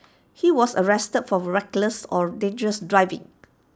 he was arrested for reckless or dangerous driving